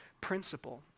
principle